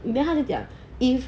then 他就讲 if